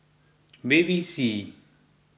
Bevy C